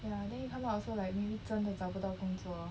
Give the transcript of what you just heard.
ya then you come out also like really 真的找不到工作